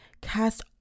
cast